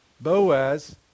Boaz